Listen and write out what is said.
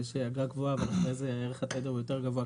יש אגרה קבועה ובגלל זה ערך התדר הוא יותר גבוה,